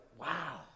wow